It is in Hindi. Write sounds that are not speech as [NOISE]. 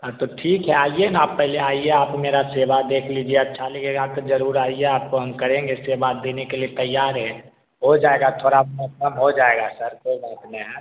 हाँ तो ठीक है आइए न आप पहले आइए आप मेरी सेवा देख लीजिए अच्छा लगेगा तब ज़रूर आइए आपको हम करेंगे सेवा देने के लिए तैयार है हो जाएगा थोड़ा [UNINTELLIGIBLE] हो जाएगा सर कोई बात नहीं है